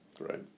right